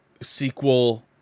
sequel